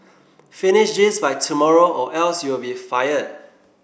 finish this by tomorrow or else you'll be fired